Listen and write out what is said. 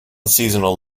seasonal